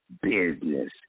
business